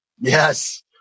Yes